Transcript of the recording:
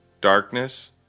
darkness